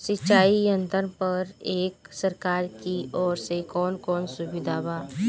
सिंचाई यंत्रन पर एक सरकार की ओर से कवन कवन सुविधा बा?